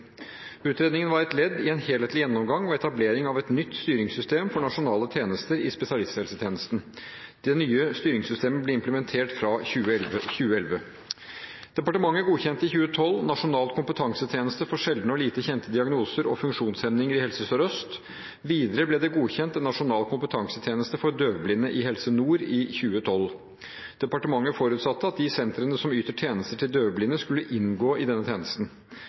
Utredningen var et ledd i en helhetlig gjennomgang og etablering av et nytt styringssystem for nasjonale tjenester i spesialisthelsetjenesten. Det nye styringssystemet ble implementert fra 2011. Departementet godkjente i 2012 Nasjonal kompetansetjeneste for sjeldne og lite kjente diagnoser og funksjonshemninger i Helse Sør-Øst. Videre ble det godkjent en nasjonal kompetansetjeneste for døvblinde i Helse Nord i 2012. Departementet forutsatte at de sentrene som yter tjenester til døvblinde, skulle inngå i denne tjenesten.